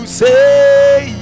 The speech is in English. say